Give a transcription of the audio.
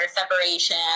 separation